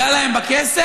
ניגע להם בכסף?